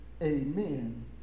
Amen